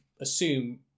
assume